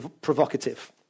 provocative